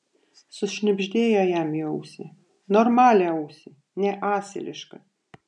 sušnibždėjo jam į ausį normalią ausį ne asilišką